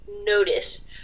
notice